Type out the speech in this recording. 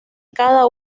cada